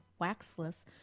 waxless